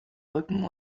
rücken